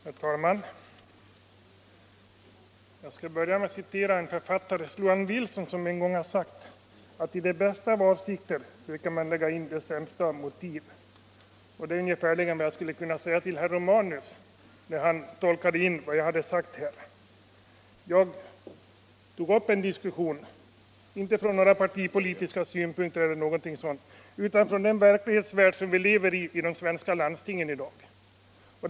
Herr talman! Jag skall börja med att citera författaren Sloan Wilson, som en gång har sagt att ”i de bästa av motiv lägger man in de sämsta av avsikter”. Det är ungefär vad jag skulle kunna säga om herr Romanus, när han tolkade vad jag sade. Jag tog upp en diskussion, inte från några partipolitiska utgångspunkter utan med utgångspunkt i den verklighet som de svenska landstingen lever i i dag.